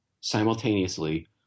simultaneously